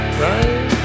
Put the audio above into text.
right